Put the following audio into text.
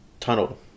Tunnel